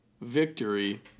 victory